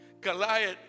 Goliath